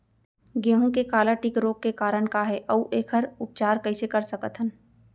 गेहूँ के काला टिक रोग के कारण का हे अऊ एखर उपचार कइसे कर सकत हन?